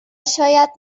شاید